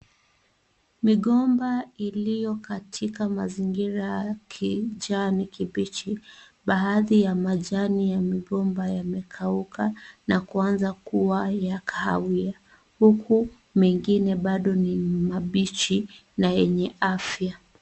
Migomba iliyo katika mazingira kijani kibichi. Baadhi ya majani ya migomba yamekauka na kuanza kuwa ya kahawia huku mengine bado ni mabichi na yenye afya.